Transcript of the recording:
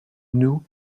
nous